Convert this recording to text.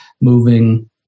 moving